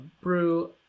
brew